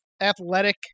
athletic